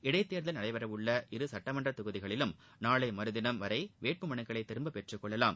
இடைத்தேர்தல் நடைபெற உள்ள இரு சுட்டமன்ற தொகுதிகளிலும் நாளை மறுதினம் வரை வேட்பு மனுக்களை திரும்பப் பெற்றுக்கொள்ளவாம்